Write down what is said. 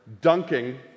dunking